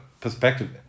perspective